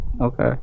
okay